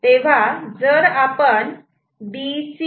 जर आपण B